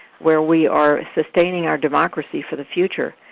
where we are sustaining our democracy for the future.